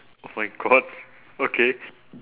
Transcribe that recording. oh my god okay